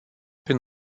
prin